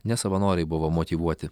nes savanoriai buvo motyvuoti